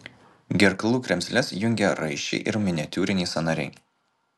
gerklų kremzles jungia raiščiai ir miniatiūriniai sąnariai